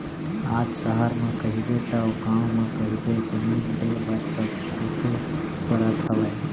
आज सहर म कहिबे तव गाँव म कहिबे जमीन लेय बर सब कुदे परत हवय